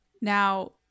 Now